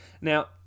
Now